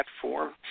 platform